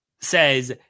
says